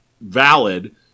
valid